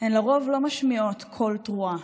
הן לרוב לא משמיעות קול תרועה.